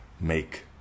Make